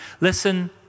listen